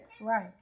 Right